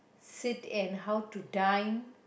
sit in how to dine